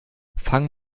fangt